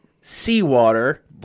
seawater